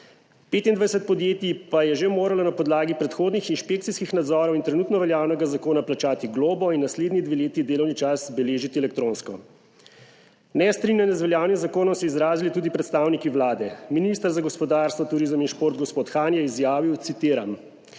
25 podjetij pa je že moralo na podlagi predhodnih inšpekcijskih nadzorov in trenutno veljavnega zakona plačati globo in naslednji dve leti delovni čas beležiti elektronsko. Nestrinjanje z veljavnim zakonom so izrazili tudi predstavniki Vlade. Minister za gospodarstvo, turizem in šport, gospod Han je izjavil, citiram: